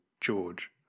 George